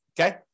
Okay